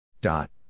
Dot